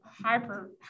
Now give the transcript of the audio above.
hyper